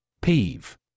Peeve